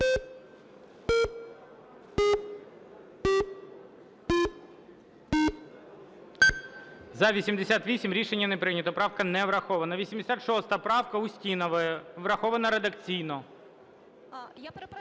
За-88 Рішення не прийнято. Правка не врахована. 86 правка Устінової. Врахована редакційно. УСТІНОВА О.Ю.